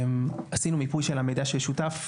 עשינו מיפוי של המידע ששותף,